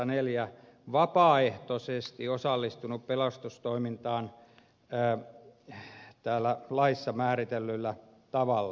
henkilö on vapaaehtoisesti osallistunut pelastustoimintaan täällä laissa määritellyllä tavalla